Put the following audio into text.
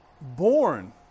born